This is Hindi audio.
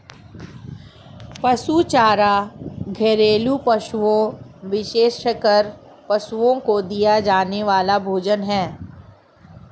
पशु चारा घरेलू पशुओं, विशेषकर पशुओं को दिया जाने वाला भोजन है